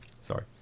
Sorry